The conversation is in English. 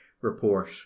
report